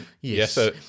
Yes